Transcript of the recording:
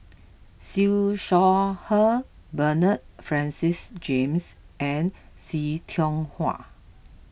Siew Shaw Her Bernard Francis James and See Tiong Wah